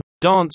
dance